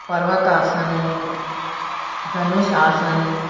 पर्वत आसन धनुष आसन